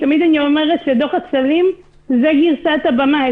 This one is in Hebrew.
תמיד אני אומרת שדוח הצללים זה גרסת הבמאי.